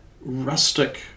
rustic